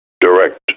direct